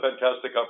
fantastic